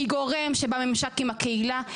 היא גורם שבא לממשק עם הקהילה.